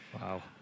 Wow